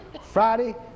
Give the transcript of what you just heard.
Friday